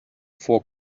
for